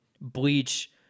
Bleach